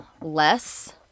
less